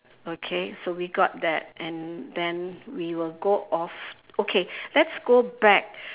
okay so we got that and then we will go off okay let's go back